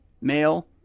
male